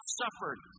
suffered